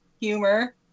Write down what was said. humor